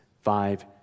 five